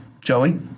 Joey